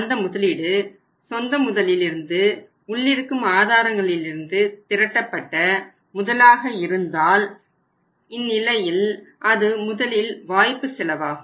அந்த முதலீடு சொந்த முதலில் இருந்து உள்ளிருக்கும் ஆதாரங்களில் இருந்து திரட்டப்பட்ட முதலாக இருந்தால் இந்நிலையில் அது முதலில் வாய்ப்பு செலவாகும்